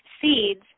seeds